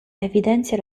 evidenzia